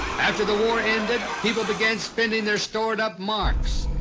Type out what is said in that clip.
after the war ended, people began spending their stored up marks,